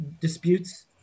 disputes